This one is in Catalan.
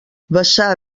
vessar